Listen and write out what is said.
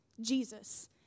Jesus